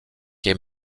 quai